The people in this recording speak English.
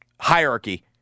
hierarchy